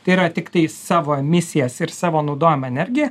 tai yra tiktai savo emisijas ir savo naudojamą energiją